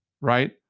right